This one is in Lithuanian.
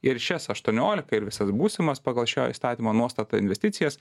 ir šias aštuoniolika ir visas būsimas pagal šio įstatymo nuostatą investicijas